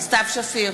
סתיו שפיר,